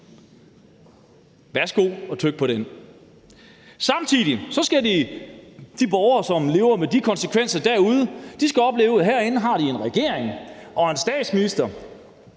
Værsgo at tygge på den. Samtidig skal de borgere, som lever med de konsekvenser derude, opleve, at vi herinde har en regering og en statsminister,